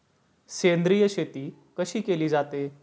सेंद्रिय शेती कशी केली जाते?